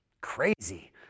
crazy